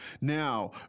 Now